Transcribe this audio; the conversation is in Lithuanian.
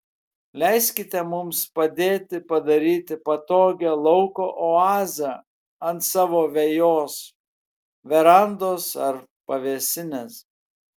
leiskite mums padėti padaryti patogią lauko oazę ant savo vejos verandos ar pavėsinės